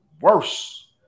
worse